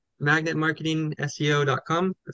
magnetmarketingseo.com